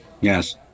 Yes